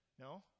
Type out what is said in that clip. No